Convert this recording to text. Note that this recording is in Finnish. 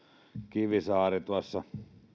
kivisaari tuossa